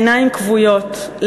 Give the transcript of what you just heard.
עיניים כבויות,